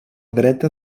dreta